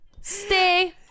Stay